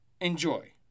Enjoy